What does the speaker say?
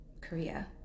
Korea